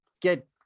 get